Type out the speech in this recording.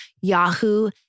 Yahoo